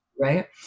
right